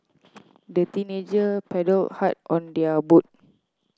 the teenager paddled hard on their boat